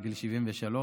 בגיל 73,